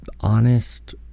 honest